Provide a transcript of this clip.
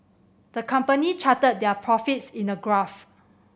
the company charted their profits in a graph